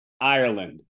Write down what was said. Ireland